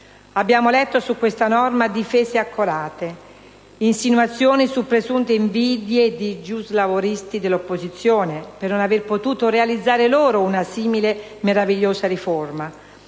Abbiamo letto su questa norma difese accorate, insinuazioni su presunte invidie di giuslavoristi dell'opposizione per non aver potuto realizzare loro una simile meravigliosa riforma,